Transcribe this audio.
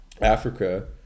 africa